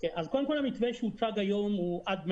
כל המתווה שהוצג היום הוא עד מארס,